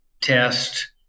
test